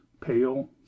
pale